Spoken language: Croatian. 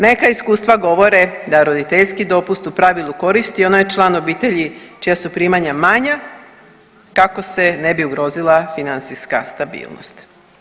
Neka iskustva govore da roditeljski dopust u pravilu koristi onaj član obitelji čija su primanja manja kako se ne bi ugrozila financijska stabilnost.